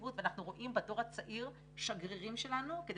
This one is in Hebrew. לנציבות ואנחנו רואים בדור הצעיר שגרירים שלנו כדי